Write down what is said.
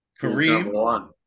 Kareem